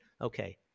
Okay